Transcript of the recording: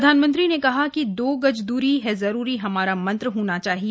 प्रधानमंत्री ने कहा कि दो गज दूरी है जरूरी हमारा मंत्र होना चाहिए